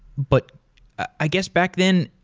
but i guess back then,